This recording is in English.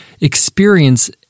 experience